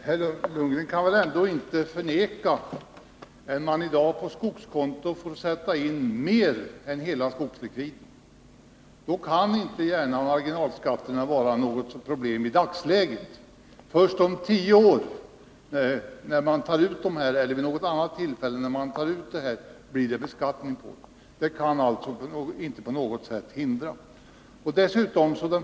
Herr talman! Herr Lundgren kan väl ändå inte förneka att man i dag på skogskonto får sätta in mer än hela skogslikviden. Då kan inte gärna marginalskatterna vara något problem i dagsläget. Först om tio år eller vid något annat tillfälle när man tar ut dessa medel blir de beskattade. Detta kan inte på något sätt hindra avverkningarna.